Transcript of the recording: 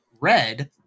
red